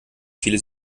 viele